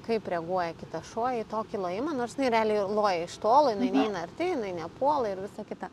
kaip reaguoja kitas šuo į tokį lojimą nors jinai realiai loja iš tolo jinai neina arti jinai nepuola ir visa kita